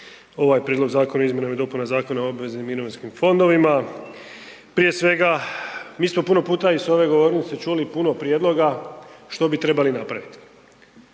ovaj Prijedlog zakona o izmjenama i dopunama Zakona o obveznim mirovinskim fondovima. Prije svega mi smo puno puta s ove govornice čuli puno prijedloga što bi trebali napraviti